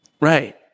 right